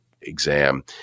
exam